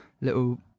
little